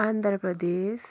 Andhra Pradesh